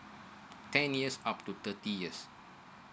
ten years up to thirty years